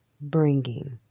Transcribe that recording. Bringing